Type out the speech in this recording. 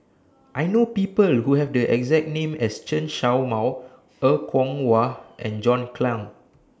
I know People Who Have The exact name as Chen Show Mao Er Kwong Wah and John Clang